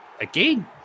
again